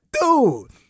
Dude